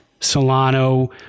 Solano